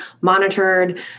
monitored